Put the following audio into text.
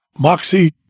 Moxie